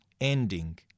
ending